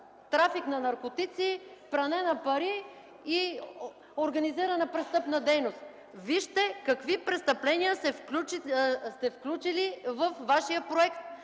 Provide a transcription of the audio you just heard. трафик на наркотици, пране на пари и организирана престъпна дейност. Вижте какви престъпления сте включили във Вашия проект.